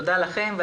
תודה לכם.